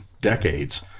decades